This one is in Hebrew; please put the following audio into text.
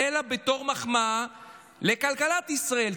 אלא בתור מחמאה לכלכלת ישראל,